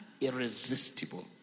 irresistible